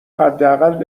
حداقل